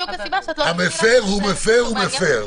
המפר הוא מפר, הוא מפר.